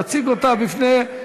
להציג אותה בפני,